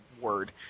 word